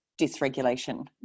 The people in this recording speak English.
dysregulation